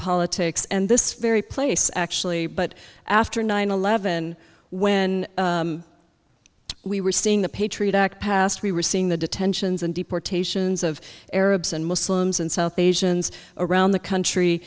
politics and this very place actually but after nine eleven when we were seeing the patriot act passed we were seeing the detentions and deportations of arabs and muslims and south asians around the country